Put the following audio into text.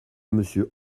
monsieur